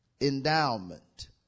endowment